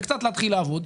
וקצת להתחיל לעבוד.